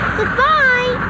Goodbye